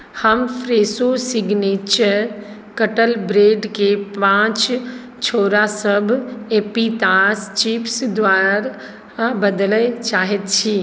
हम Fresho signature कटल ब्रेडके पाँच छोरासभ एप्पीतास चिप्स द्वारा बदलय चाहैत छी